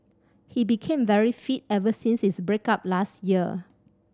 he became very fit ever since his break up last year